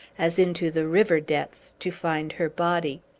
as into the river's depths, to find her body.